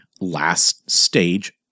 last-stage